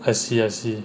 I see I see